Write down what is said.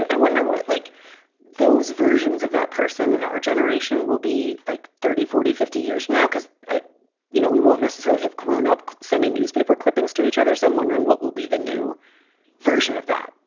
i wonder what like those versions of that person in our generation will be like thirty, forty, fifty years now because i you know, we won't necessarily have grown up sending newspaper clippings to each others. i'm wondering what will be the new version of that?